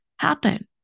happen